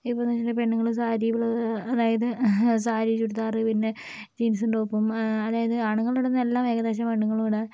ഇപ്പോൾ പെണ്ണുങ്ങള് സാരികള് അതായത് സാരി ചുരിദാറ് പിന്നെ ജീൻസും ടോപ്പും അതായത് ആണുങ്ങൾ ഇടുന്ന എല്ലാം ഏകദേശം പെണ്ണുങ്ങളും ഇടാൻ